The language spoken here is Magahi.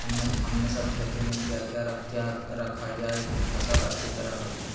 हमने सब खेती में क्या क्या किया रखा जाए की फसल अच्छी तरह होई?